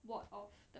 ward off the